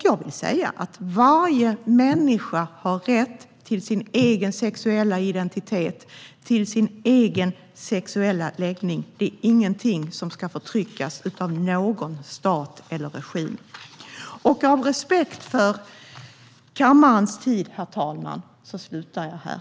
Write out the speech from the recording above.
Jag vill säga att varje människa har rätt till sin egen sexuella identitet och sin egen sexuella läggning. Det är ingenting som ska förtryckas av någon stat eller regim. Av respekt för kammarens tid, herr talman, slutar jag här.